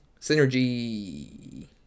synergy